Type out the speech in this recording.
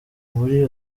muri